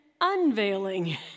unveiling